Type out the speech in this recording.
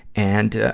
and, ah,